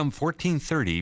1430